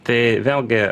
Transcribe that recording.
tai vėlgi